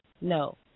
No